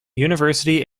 university